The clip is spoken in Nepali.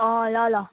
अँ ल ल